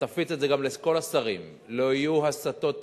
ותפיץ את זה גם לכל השרים: לא יהיו הסטות תקציביות,